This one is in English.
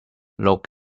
look